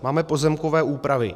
Máme pozemkové úpravy.